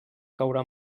caure